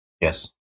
yes